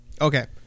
Okay